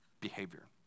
behavior